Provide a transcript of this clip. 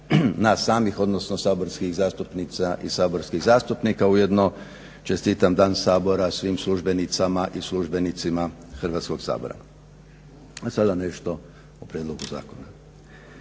nas samih, odnosno saborskih zastupnica i saborskih zastupnika. Ujedno čestitam Dan Sabora svim službenicama i službenicima Hrvatskog sabora. A sada nešto o prijedlogu zakona.